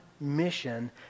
mission